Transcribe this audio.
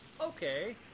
okay